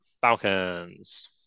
Falcons